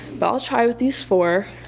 but i'll try with these four.